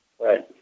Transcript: Right